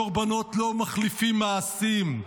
הקרבנות לא מחליפים מעשים,